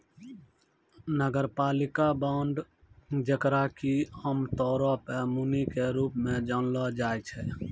नगरपालिका बांड जेकरा कि आमतौरो पे मुनि के रूप मे जानलो जाय छै